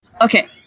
Okay